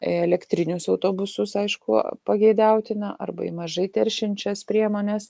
elektrinius autobusus aišku pageidautina arba į mažai teršiančias priemones